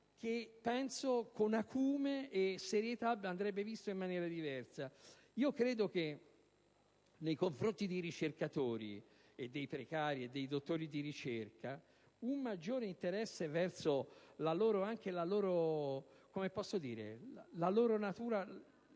che con acume e serietà andrebbe visto in maniera diversa. Credo che nei confronti dei ricercatori, dei precari e dei dottori di ricerca un maggiore interesse verso la loro natura